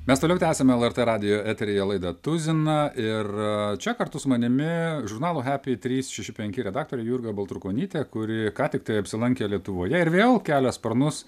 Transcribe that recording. mes tęsiame lrt radijo eteryje laidą tuziną ir čia kartu su manimi žurnalo hepi trys šeši penki redaktorė jurga baltrukonytė kuri ką tik tai apsilankė lietuvoje ir vėl kelia sparnus